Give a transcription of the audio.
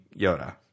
Yoda